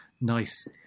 nice